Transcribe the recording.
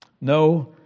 No